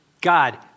God